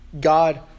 God